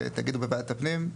תגידו בוועדת הפנים,